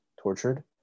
tortured